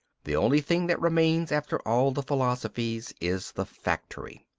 the only thing that remains after all the philosophies is the factory.